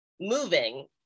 moving